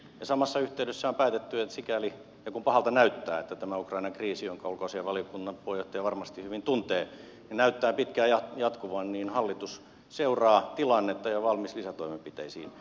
samassa yhteydessä on päätetty että sikäli kun ja pahalta näyttää tämä ukrainan kriisi jonka ulkoasiainvaliokunnan puheenjohtaja varmasti hyvin tuntee näyttää pitkään jatkuvan niin hallitus seuraa tilannetta ja on valmis lisätoimenpiteisiin